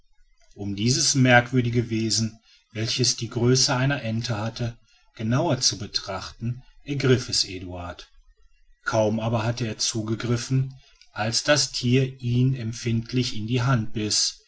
um dieses merkwürdige wesen welches die größe einer ente hatte genauer zu betrachten ergriff es eduard kaum aber hatte er zugegriffen als das tier ihn empfindlich in die hand biß